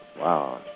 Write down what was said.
Wow